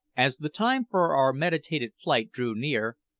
as the time for our meditated flight drew near,